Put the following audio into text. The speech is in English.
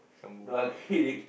don't want kidding